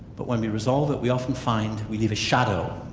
but when we resolve it, we often find we leave a shadow,